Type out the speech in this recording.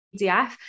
PDF